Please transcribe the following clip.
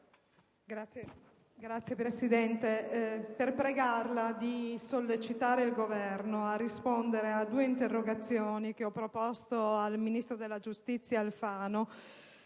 intervengo per pregarla di sollecitare il Governo a rispondere a due interrogazioni che ho proposto al ministro della giustizia Alfano,